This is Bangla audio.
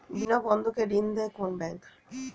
বিনা বন্ধকে ঋণ দেয় কোন ব্যাংক?